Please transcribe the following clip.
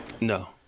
No